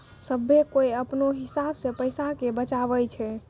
सभ्भे कोय अपनो हिसाब से पैसा के बचाबै छै